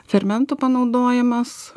fermentų panaudojimas